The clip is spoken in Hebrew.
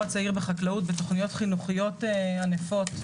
הצעיר בחקלאות בתכניות חינוכיות עניפות,